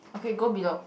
okay go below